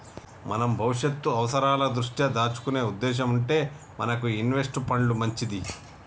మనం భవిష్యత్తు అవసరాల దృష్ట్యా దాచుకునే ఉద్దేశం ఉంటే మనకి ఇన్వెస్ట్ పండ్లు మంచిది